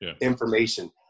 information